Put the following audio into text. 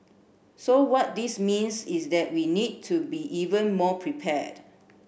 so what this means is that we need to be even more prepared